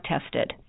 tested